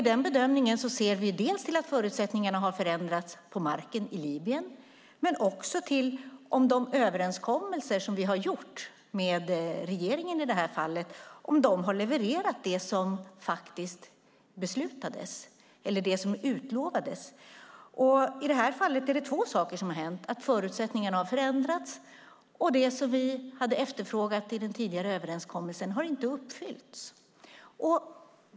I denna bedömning ser vi inte bara till att förutsättningarna har förändrats på marken i Libyen utan också till de överenskommelser vi har gjort med regeringen. Har regeringen levererat det som faktiskt beslutades eller utlovades? I detta fall är det två saker som har hänt: Förutsättningarna har förändrats, och det vi efterfrågade i den tidigare överenskommelsen har inte uppfyllts.